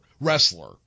wrestler